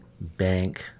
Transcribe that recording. bank